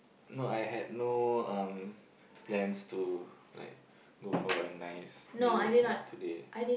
no I had no um plans to like go for a nice meal like today